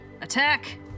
attack